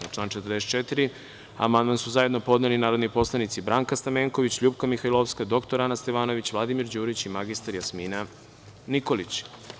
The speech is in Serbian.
Na član 44. amandman su zajedno podneli narodni poslanici Branka Stamenković, LJupka Mihajlovska, dr Ana Stevanović, Vladimir Đurić i mr Jasmina Nikolić.